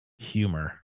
humor